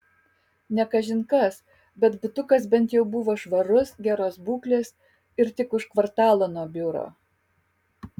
ne kažin kas bet butukas bent jau buvo švarus geros būklės ir tik už kvartalo nuo biuro